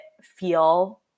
feel